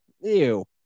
ew